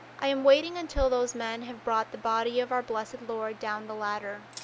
i am waiting until those men have brought the body of our blessed lord down the ladder.